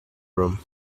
room